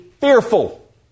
fearful